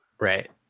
Right